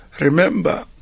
remember